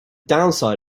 downside